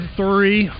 three